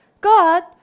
god